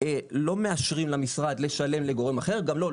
לא מאשרים למשרד לשלם לגורם אחר וגם לא,